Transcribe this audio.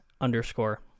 underscore